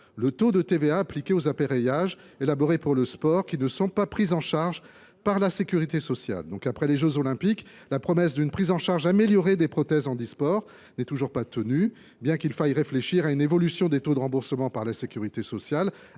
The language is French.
le taux de TVA appliqué aux appareillages élaborés pour le sport qui ne sont pas pris en charge par la sécurité sociale. Après les jeux Olympiques, la promesse d’une prise en charge améliorée des prothèses handisport n’est toujours pas tenue. Bien qu’il faille réfléchir à une évolution des taux de remboursement par la sécurité sociale,